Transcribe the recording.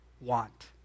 want